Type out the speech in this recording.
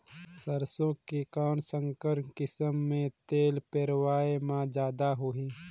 सरसो के कौन संकर किसम मे तेल पेरावाय म जादा होही?